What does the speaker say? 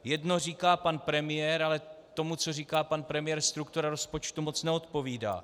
Jedno říká pan premiér, ale tomu, co říká pan premiér, struktura rozpočtu moc neodpovídá.